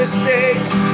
Mistakes